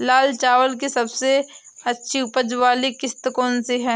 लाल चावल की सबसे अच्छी उपज वाली किश्त कौन सी है?